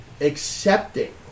accepting